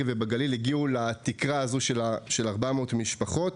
ובגליל הגיעו לתקרה הזאת של 400 משפחות,